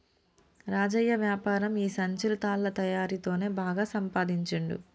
రాజయ్య వ్యాపారం ఈ సంచులు తాళ్ల తయారీ తోనే బాగా సంపాదించుండు